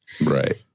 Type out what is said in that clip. right